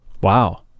Wow